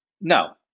no